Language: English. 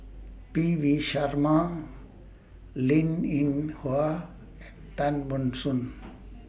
P V Sharma Linn in Hua Tan Ban Soon